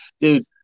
dude